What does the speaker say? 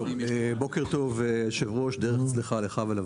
בוקר טוב, היושב-ראש, דרך צלחה לך ולוועדה.